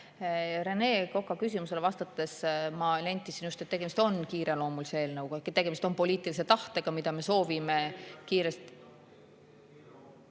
Rene Koka küsimusele vastates ma nentisin, et tegemist on kiireloomulise eelnõuga, tegemist on poliitilise tahtega, mida me soovime kiiresti ...